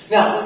Now